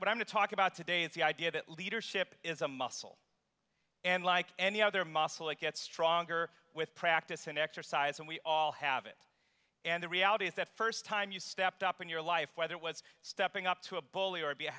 but i'm to talk about today is the idea that leadership is a muscle and like any other muscle it gets stronger with practice and exercise and we all have it and the reality is that first time you stepped up in your life whether it was stepping up to a bully or be